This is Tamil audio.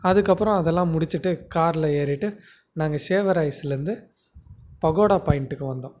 அதுக்கப்புறம் அதெல்லாம் முடிச்சுட்டு காரில் ஏறிட்டு நாங்க ஷேவராய்ஸுலிருந்து பகோடா பாயிண்டுக்கு வந்தோம்